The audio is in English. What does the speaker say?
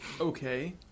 Okay